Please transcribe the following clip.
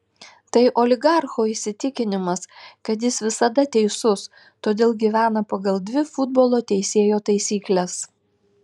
tai oligarcho įsitikinimas kad jis visada teisus todėl gyvena pagal dvi futbolo teisėjo taisykles